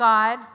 God